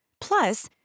Plus